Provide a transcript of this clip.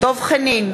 דב חנין,